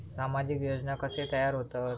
सामाजिक योजना कसे तयार होतत?